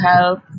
help